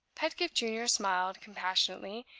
pedgift junior smiled compassionately,